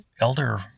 elder